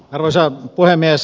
arvoisa puhemies